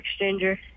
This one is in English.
exchanger